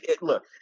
look